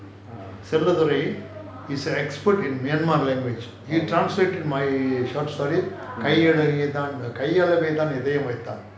chelladurai he's an expert in myanmar language he translated my short stories காய் அளவே தான் இதயம் வைத்தான்:kai alavae thaan ithayam vaithaan